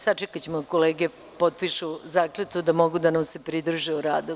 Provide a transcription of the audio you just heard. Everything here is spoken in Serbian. Sačekaćemo kolege da potpišu zakletvu, da mogu da nam se pridruže u radu.